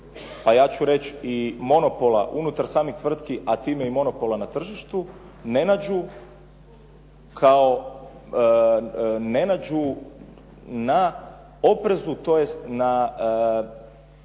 a ja ću reći i monopola unutar samih tvrtki, a time i monopola na tržištu ne nađu na oprezu, tj. kao